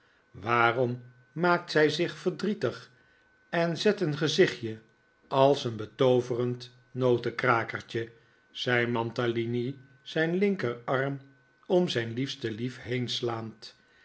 waarom maakt zij zich verdrietig en zet een gezichtje als eenbetooverend notenkrakertje zei mantalini zijn linkerarm om zijn liefste lief